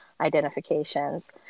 identifications